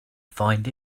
find